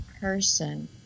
person